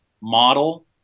model